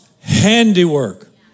handiwork